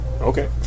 okay